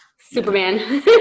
Superman